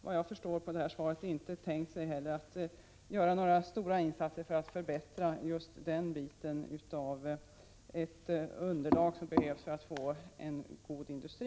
Vad jag förstår av svaret har man inte heller tänkt sig att göra några större insatser i syfte att förbättra just kommunikationerna för att få det underlag som behövs för en god industri.